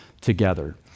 together